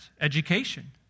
education